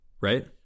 right